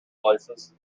places